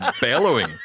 bellowing